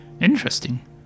Interesting